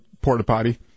porta-potty